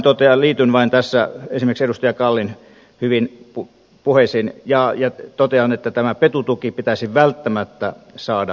liityn vain tässä esimerkiksi edustaja kallin hyviin puheisiin ja totean että tämä petu tuki pitäisi välttämättä saada toteutettua